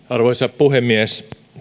arvoisa puhemies